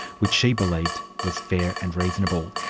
which she believed was fair and reasonable.